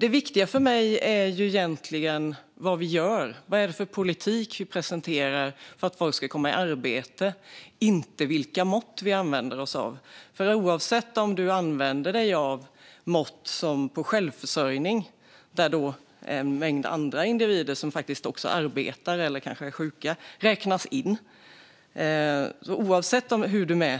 Det viktiga för mig är vad vi gör och vilken politik vi presenterar för att folk ska komma i arbete, inte vilka mått vi använder oss av. Även om man använder självförsörjningsmått där en mängd andra individer som också arbetar eller som kanske är sjuka räknas in får man